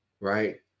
right